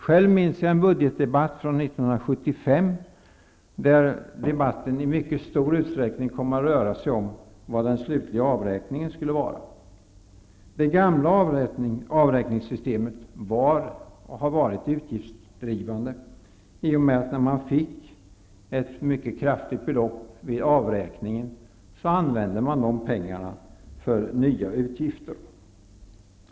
Själv minns jag en budgetdebatt från 1975, då debatten i mycket stor utsträckning kom att röra sig om hur den slutliga avräkningen skulle bli. Det gamla avräkningssystemet har varit utgiftsdrivande. När man fick ett mycket stort belopp vid avräkningen använde man pengarna till nya utgifter.